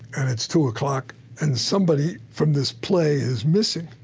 and it's two o'clock and somebody from this play is missing!